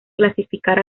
clasificar